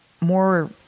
more